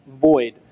void